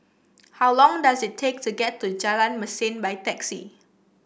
how long does it take to get to Jalan Mesin by taxi